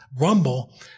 Rumble